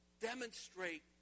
demonstrate